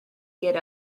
get